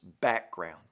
background